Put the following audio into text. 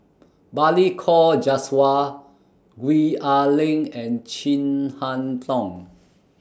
Balli Kaur Jaswal Gwee Ah Leng and Chin Harn Tong